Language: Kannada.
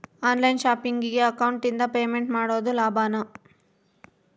ಆನ್ ಲೈನ್ ಶಾಪಿಂಗಿಗೆ ಅಕೌಂಟಿಂದ ಪೇಮೆಂಟ್ ಮಾಡೋದು ಲಾಭಾನ?